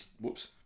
whoops